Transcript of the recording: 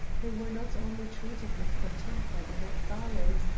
they were not only treated with contempt by the macfarlanes,